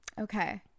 okay